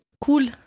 cool